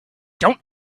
don’t